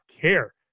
care